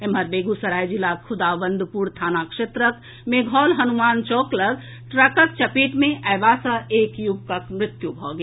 एम्हर बेगूसराय जिलाक खुदावंदपुर थाना क्षेत्रक मेघौल हनुमान चौक लऽग ट्रकक चपेट मे अएबा सँ एक युवकक मृत्यु भऽ गेल